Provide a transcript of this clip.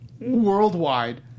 worldwide